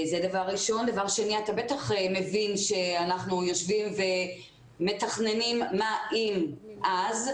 אתה בטח מבין שאנחנו יושבים ומתי מה אם אז,